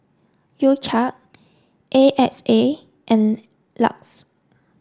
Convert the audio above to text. U cha A X A and LUX